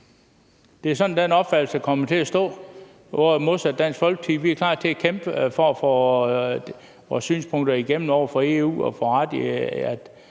det er modsat i Dansk Folkeparti, hvor vi er klar til at kæmpe for at få vores synspunkter igennem over for EU og få ret i,